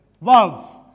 love